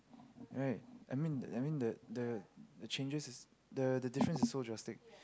right I mean the I mean the the the changes the the difference is so drastic